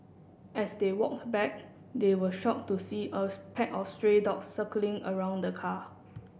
as they walked back they were shock to see a pack of stray dogs circling around the car